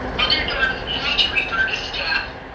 alder dorff, move to refer to staff.